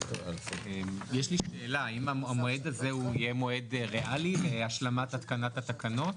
יש לי שאלה: האם המועד הזה יהיה ריאלי להשלמת התקנת התקנות?